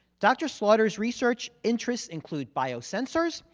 dr. slaughter's research interests include bio sensors,